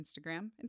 Instagram